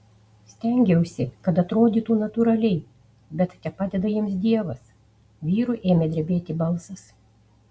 stengiausi kad atrodytų natūraliai bet tepadeda jiems dievas vyrui ėmė drebėti balsas